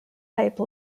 type